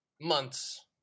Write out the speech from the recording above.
months